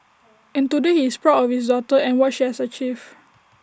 and today he is proud of his daughter and what she has achieved